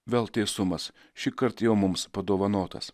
vėl teisumas šįkart jau mums padovanotas